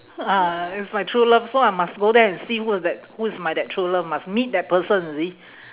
ah it's my true love so I must go there and see who's that who's my that true love must meet that person you see